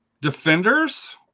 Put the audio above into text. defenders